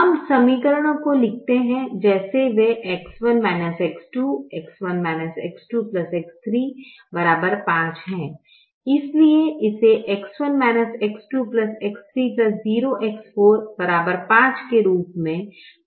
हम समीकरणों को लिखते हैं जैसे वे X1 X2 X1 X2 X3 5 है